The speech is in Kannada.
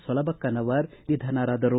ಸೊಲಬಕ್ಕನವರ ನಿಧನರಾದರು